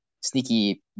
sneaky